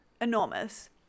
enormous